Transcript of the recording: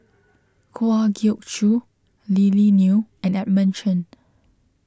Kwa Geok Choo Lily Neo and Edmund Chen